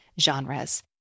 genres